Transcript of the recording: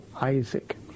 Isaac